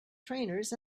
trainers